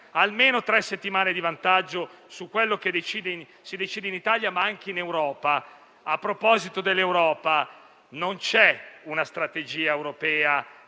almeno tre settimane di vantaggio su quello che si decide in Italia, ma anche in Europa. A proposito dell'Europa, non c'è una strategia europea